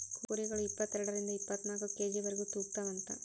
ಕುರಿಗಳ ಇಪ್ಪತೆರಡರಿಂದ ಇಪ್ಪತ್ತನಾಕ ಕೆ.ಜಿ ವರೆಗು ತೂಗತಾವಂತ